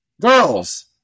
girls